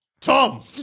Tom